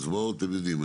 ההצבעות אתם יודעים,